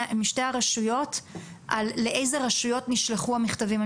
הרשויות לאיזה רשויות נשלחו המכתבים.